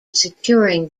securing